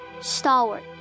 stalwart